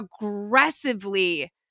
aggressively